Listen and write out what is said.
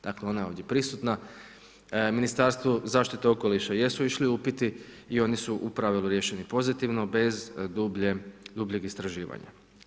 Dakle, ona je ovdje prisutna, Ministarstvu zaštite okoliša jesu išli upiti i oni su pravilu riješeni pozitivno bez dubljeg istraživanja.